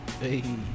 Hey